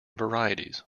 varieties